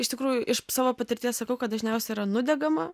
iš tikrųjų iš savo patirties sakau kad dažniausiai yra nudegama